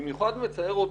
במיוחד מצער אותי,